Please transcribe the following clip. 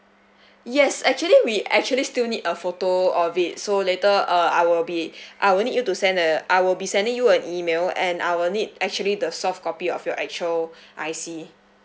yes actually we actually still need a photo of it so later uh I will be I will need you to send a I will be sending you an email and I will need actually the soft copy of your actual I_C